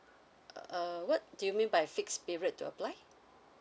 err what do you mean by fix period to apply